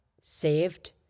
saved